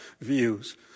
views